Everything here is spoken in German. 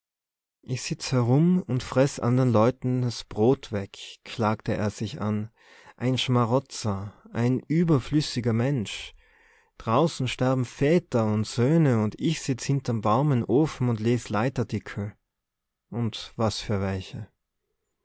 ich sitz erum und fress andern leuten s brot weg klagte er sich an ein schmarotzer ein überflüssiger mensch draußen sterben väter und söhne und ich sitz hinter'm warmen ofen und les leitartikel und was für welche